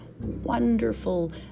wonderful